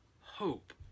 hope